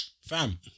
Fam